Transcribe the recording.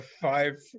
Five